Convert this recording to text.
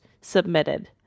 submitted